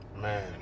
Man